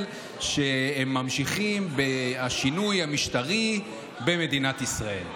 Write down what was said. שממשיכים בשינוי המשטרי במדינת ישראל.